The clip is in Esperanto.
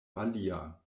alia